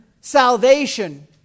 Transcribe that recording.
salvation